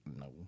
No